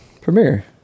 premiere